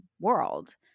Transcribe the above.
world